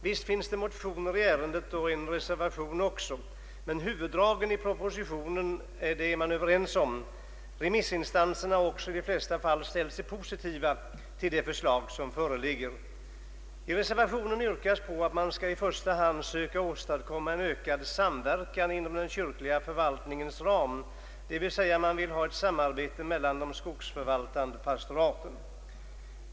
Visst finns det motioner i ärendet och även en reservation, men huvuddragen i propositionen är vi överens om. Remissinstanserna har också i de flesta fall ställt sig positiva till det förslag som föreligger. I reservationen yrkas att man i första hand skall söka åstadkomma en ökad samverkan inom den kyrkliga förvaltningens ram, dvs. man vill ha ett samarbete mellan de skogsförvaltande pastoraten.